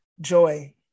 Joy